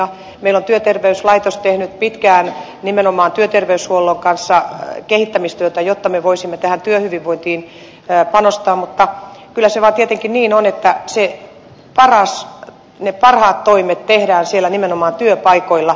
meillä on työterveyslaitos tehnyt pitkään nimenomaan työterveyshuollon kanssa kehittämistyötä jotta me voisimme työhyvinvointiin panostaa mutta kyllä se vaan tietenkin niin on että ne parhaat toimet tehdään nimenomaan siellä työpaikoilla